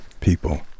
people